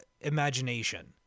imagination